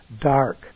dark